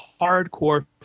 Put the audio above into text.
hardcore